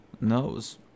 knows